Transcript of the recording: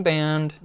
Band